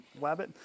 wabbit